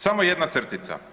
Samo jedna crtica.